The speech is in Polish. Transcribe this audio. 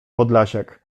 podlasiak